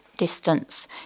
distance